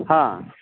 ꯍꯥ